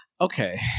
Okay